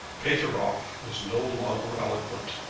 pateroff was no longer eloquent,